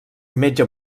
metge